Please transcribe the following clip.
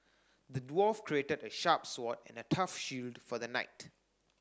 the dwarf crafted a sharp sword and a tough shield for the knight